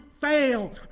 fail